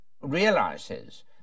realizes